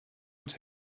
not